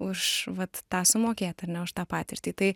už vat tą sumokėt ar ne už tą patirtį tai